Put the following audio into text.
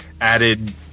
added